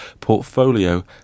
portfolio